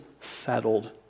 settled